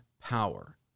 power